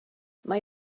mae